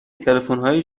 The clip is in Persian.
تلفنهای